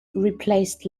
replaced